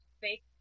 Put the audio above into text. fake